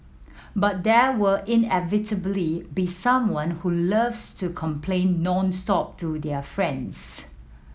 but there will inevitably be someone who loves to complain nonstop to their friends